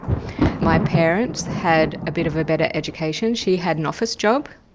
my parents had a bit of a better education, she had an office job